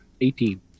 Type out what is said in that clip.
Eighteen